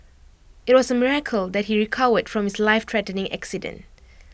IT was A miracle that he recovered from his lifethreatening accident